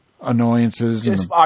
annoyances